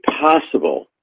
possible